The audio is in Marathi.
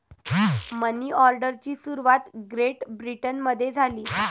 मनी ऑर्डरची सुरुवात ग्रेट ब्रिटनमध्ये झाली